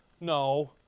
No